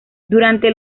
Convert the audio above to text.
durante